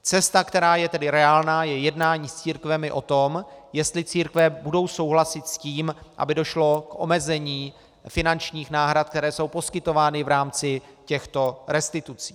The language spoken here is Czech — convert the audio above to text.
Cesta, která je tedy reálná, je jednání s církvemi o tom, jestli církve budou souhlasit s tím, aby došlo k omezení finančních náhrad, které jsou poskytovány v rámci těchto restitucí.